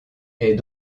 est